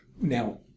now